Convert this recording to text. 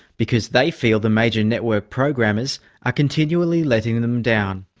because they feel the major network programmers are continually letting them down.